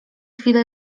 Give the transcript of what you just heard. chwilę